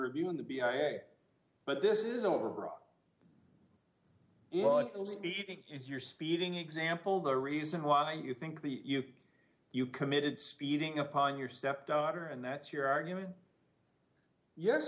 review in the b but this is overall if you're speeding example the reason why you think the if you committed speeding upon your stepdaughter and that's your argument yes